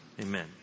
Amen